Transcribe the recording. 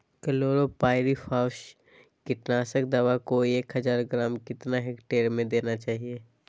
Chlorpyrifos कीटनाशक दवा को एक हज़ार ग्राम कितना हेक्टेयर में देना चाहिए?